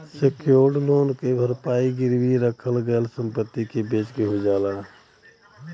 secured loan क भरपाई गिरवी रखल गयल संपत्ति के बेचके हो जाला